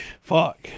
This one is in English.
fuck